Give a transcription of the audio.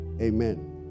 Amen